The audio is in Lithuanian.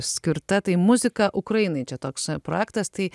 skirta tai muzika ukrainai čia toks projektas tai